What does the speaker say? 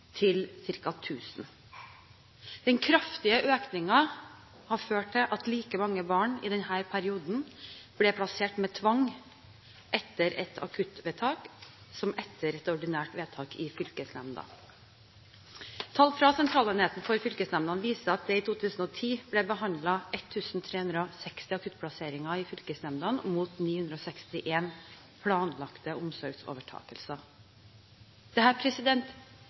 til ca. 1 000. Den kraftige økningen har ført til at like mange barn i denne perioden ble plassert med tvang etter et akuttvedtak som etter et ordinært vedtak i fylkesnemnda. Tall fra Sentralenheten for fylkesnemndene for barnevern og sosiale saker viser at det i 2010 ble behandlet 1 360 akuttplasseringer i fylkesnemndene, mot